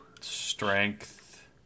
Strength